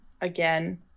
again